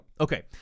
Okay